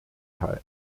teha